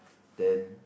then